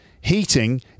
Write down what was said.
heating